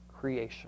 creation